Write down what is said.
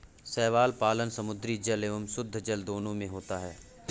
शैवाल पालन समुद्री जल एवं शुद्धजल दोनों में होता है